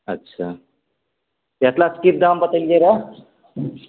अच्छा एटलस की दाम बतेलियै रह